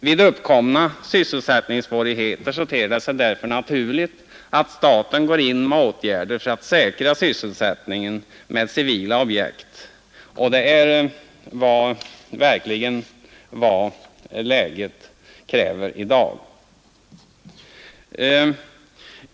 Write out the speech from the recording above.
Vid uppkomna sysselsättningssvårigheter ter det sig därför naturligt att staten går in med åtgärder för att säkra sysselsättningen med civila objekt, och det är verkligen vad läget kräver i dag.